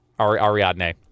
ariadne